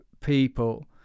people